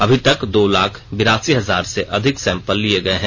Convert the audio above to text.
अभी तक दो लाख बिरासी हजार से अधिक सेंपल लिए गए हैं